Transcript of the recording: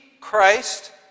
Christ